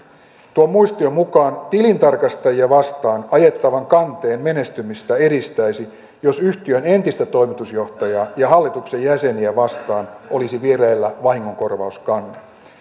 tuon muistion mukaan tilintarkastajia vastaan ajettavan kanteen menestymistä edistäisi jos yhtiön entistä toimitusjohtajaa ja hallituksen jäseniä vastaan olisi vireillä vahingonkorvauskanne